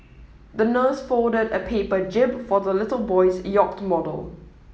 the nurse folded a paper jib for the little boy's yacht model